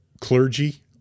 clergy